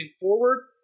forward